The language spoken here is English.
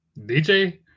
DJ